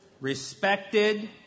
respected